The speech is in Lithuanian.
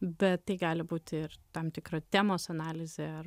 bet tai gali būti ir tam tikra temos analizė ar